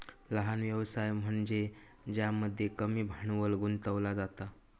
लहान व्यवसाय म्हनज्ये ज्यामध्ये कमी भांडवल गुंतवला जाता